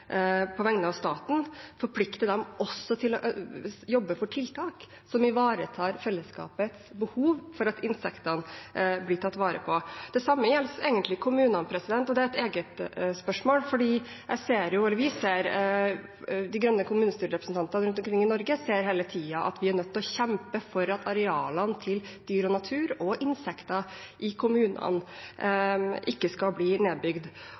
staten, til også å jobbe for tiltak som ivaretar fellesskapets behov for at insektene blir tatt vare på. Det samme gjelder egentlig i kommunene – og det er et eget spørsmål. De Grønnes kommunestyrerepresentanter rundt omkring i Norge sier hele tiden at de er nødt til å kjempe for at arealene til dyr, natur og insekter i kommunene ikke skal bli nedbygd.